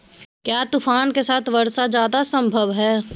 क्या तूफ़ान के साथ वर्षा जायदा संभव है?